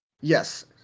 Yes